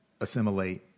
assimilate